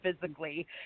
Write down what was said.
physically